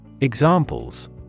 Examples